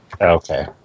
Okay